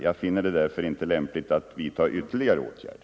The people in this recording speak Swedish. Jag finner det därför inte lämpligt att vidta ytterligare åtgärder.